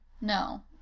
No